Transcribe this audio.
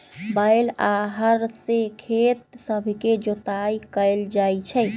बैल आऽ हर से खेत सभके जोताइ कएल जाइ छइ